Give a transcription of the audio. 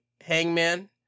Hangman